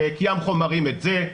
ב --- חומרים את זה,